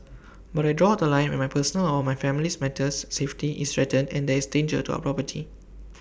but I draw The Line when my personal or family's safety is threatened and there is danger to our property